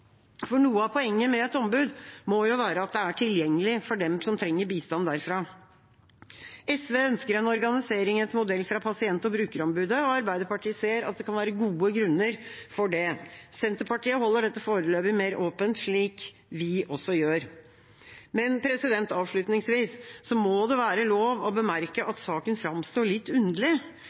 For noe av poenget med et ombud må jo være at det er tilgjengelig for dem som trenger bistand derfra. SV ønsker en organisering etter modell av Pasient- og brukerombudet, og Arbeiderpartiet ser at det kan være gode grunner for det. Senterpartiet holder dette foreløpig mer åpent, slik vi også gjør. Avslutningsvis må det være lov å bemerke at saken framstår litt underlig.